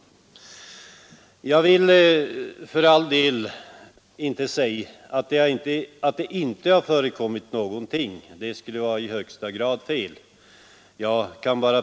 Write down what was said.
Jag vill för all del inte säga att ingenting har hänt — det skulle vara i högsta grad felaktigt.